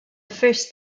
first